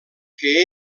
que